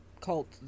cult